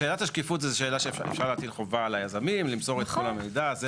שאלת השקיפות זו שאלה שאפשר להטיל חובה על היזמין למסור את כל המידע.